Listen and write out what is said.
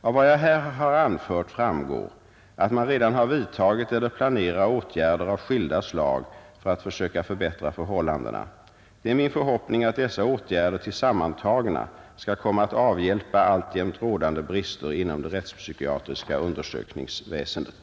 Av vad jag här har anfört framgår att man redan har vidtagit eller planerar åtgärder av skilda slag för att försöka förbättra förhållandena. Det är min förhoppning att dessa åtgärder tillsammantagna skall komma att avhjälpa alltjämt rådande brister inom det rättspsykiatriska undersökningsväsendet.